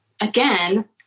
again